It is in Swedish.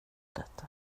detta